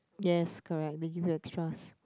yes correct they give you extras